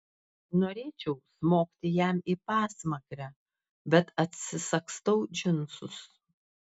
norėčiau smogti jam į pasmakrę bet atsisagstau džinsus